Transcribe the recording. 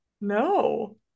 no